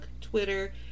Twitter